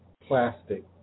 plastic